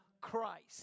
Christ